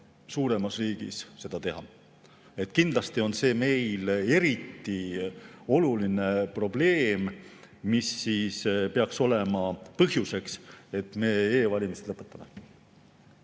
riigis seda teha. Kindlasti on see meile eriti oluline probleem, mis peaks olema põhjuseks, et me e‑valimised lõpetame.